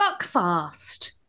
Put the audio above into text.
Buckfast